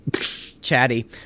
Chatty